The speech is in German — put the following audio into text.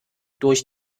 durch